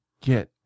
get